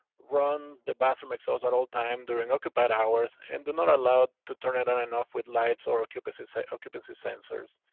run the bathroom exhausts at all time during occupied hours and do not allow to turn it on and off with lights or occupancy so occupancy sensors.